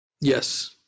yes